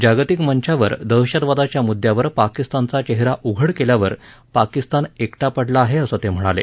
जागतिक मंचावर दहशतवादाच्या मुद्द्यावर पाकिस्तानचा चेहरा उघड झाल्यावर पाकिस्तान एकटा पडला आहे असं ते म्हणाले